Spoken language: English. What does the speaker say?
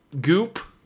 goop